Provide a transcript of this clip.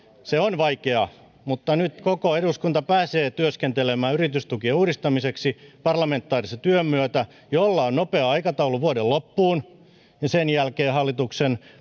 se on vaikeaa mutta nyt koko eduskunta pääsee työskentelemään yritystukien uudistamiseksi parlamentaarisen työn myötä jolla on nopea aikataulu vuoden loppuun sen jälkeen hallituksen